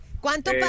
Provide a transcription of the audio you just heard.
Cuánto